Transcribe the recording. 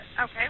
Okay